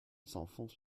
s’enfonce